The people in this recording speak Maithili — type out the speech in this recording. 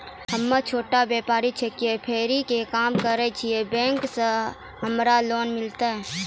हम्मे छोटा व्यपारी छिकौं, फेरी के काम करे छियै, बैंक से हमरा लोन मिलतै?